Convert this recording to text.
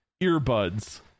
earbuds